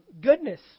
Goodness